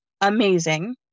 amazing